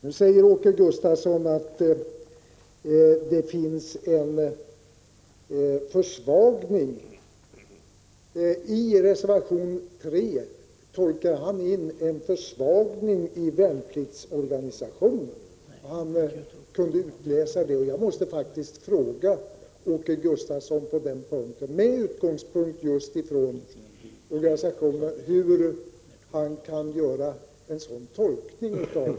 Nu säger Åke Gustavsson att han i reservation 3 tolkar in försvagning av värnpliktsorganisationen. Jag måste faktiskt fråga Åke Gustavsson, med utgångspunkt just i organisationen, hur han kan läsa ut någonting sådant.